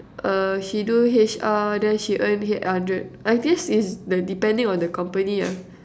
uh she do H_R then she earn eight hundred I guess it's the depending on the company lah